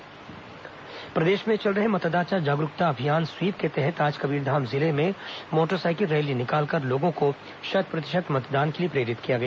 मतदाता जागरूकता अभियान प्रदेश में चल रहे मतदाता जागरूकता अभियान स्वीप के तहत आज कबीरधाम जिले में मोटरसाइकिल रैली निकालकर लोगों को शत प्रतिशत मतदान के लिए प्रेरित किया गया